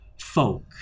Folk